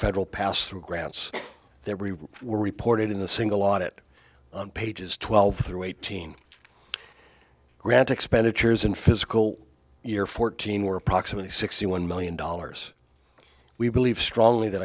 federal passthrough grants there were reported in the single audit pages twelve through eighteen grant expenditures in physical year fourteen were approximately sixty one million dollars we believe strongly that